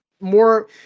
more